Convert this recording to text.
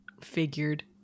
Figured